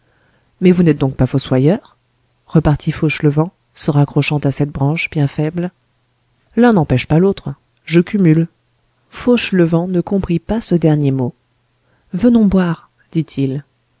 mais vous n'êtes donc pas fossoyeur repartit fauchelevent se raccrochant à cette branche bien faible l'un n'empêche pas l'autre je cumule fauchelevent ne comprit pas ce dernier mot venons boire dit-il